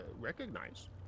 recognize